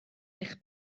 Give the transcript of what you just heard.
eich